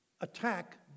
attack